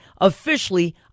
officially